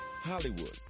hollywood